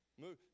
Move